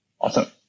awesome